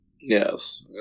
Yes